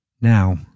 Now